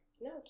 No